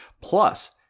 Plus